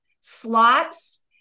slots